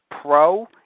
pro